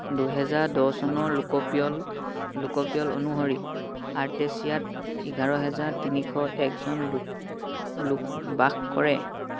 দুহেজাৰ দহ চনৰ লোকপিয়ল লোকপিয়ল অনুসৰি আৰ্টেছিয়াত এঘাৰ হাজাৰ তিনিশ একজন লোক লোক বাস কৰে